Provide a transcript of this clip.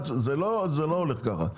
זה לא הולך ככה.